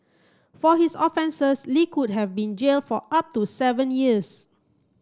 for his offences Li could have been jailed for up to seven years